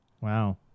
wow